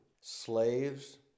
Slaves